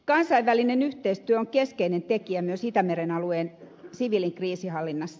kansainvälinen yhteistyö on keskeinen tekijä myös itämeren alueen siviilikriisinhallinnassa